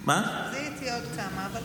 זיהיתי עוד כמה.